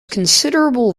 considerable